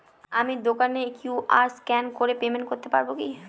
আমি দোকানে QR scan করে পেমেন্ট করতে পারবো কি?